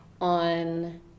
on